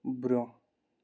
برٛونٛہہ